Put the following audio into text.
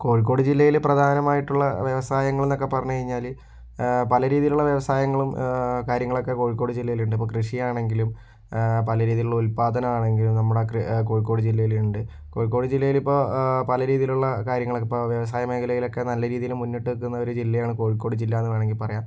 കോഴിക്കോട് ജില്ലയിലെ പ്രധാനമായിട്ടുള്ള വ്യവസായങ്ങൾ എന്നൊക്കെ പറഞ്ഞു കഴിഞ്ഞാൽ പല രീതിയിലുള്ള വ്യവസായങ്ങളും കാര്യങ്ങളൊക്കെ കോഴിക്കോട് ജില്ലയിൽ ഉണ്ട് ഇപ്പം കൃഷി ആണെങ്കിലും പല രീതിയിലുള്ള ഉൽപാദനം ആണെങ്കിലും നമ്മുടെ കോഴിക്കോട് ജില്ലയിൽ ഉണ്ട് കോഴിക്കോട് ജില്ലയിൽ ഇപ്പോ പല രീതിയിലുള്ള കാര്യങ്ങളൊക്കെ ഇപ്പോൾ വ്യവസായ മേഖലയിൽ ഒക്കെ നല്ല രീതിയിൽ മുന്നിട്ടു നിൽക്കുന്ന ഒരു ജില്ലയാണ് കോഴിക്കോട് ജില്ല എന്ന് വേണമെങ്കിൽ പറയാം